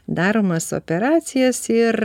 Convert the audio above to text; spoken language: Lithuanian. daromas operacijas ir